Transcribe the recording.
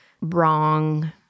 wrong